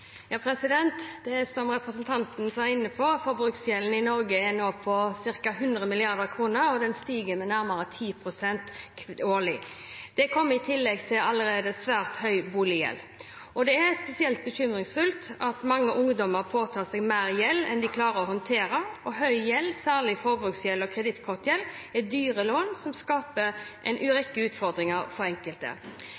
Det er, som representanten var inne på, slik at forbruksgjelden i Norge er på ca. 100 mrd. kr, og den stiger med nærmere 10 pst. årlig. Det kommer i tillegg til allerede svært høy boliggjeld. Det er spesielt bekymringsfullt at mange ungdommer påtar seg mer gjeld enn de klarer å håndtere. Høy gjeld, særlig forbruks- og kredittkortgjeld, er dyre lån som skaper en